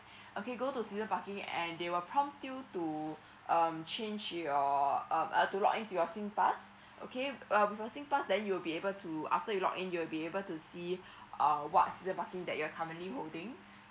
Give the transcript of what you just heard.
okay go to season parking and they will prompt you to um change your uh to log in your singpass okay um for singpass then you'll be able to after you log in you will be able to see uh what's the one season parking that you're currently holding